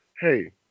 hey